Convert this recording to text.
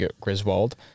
Griswold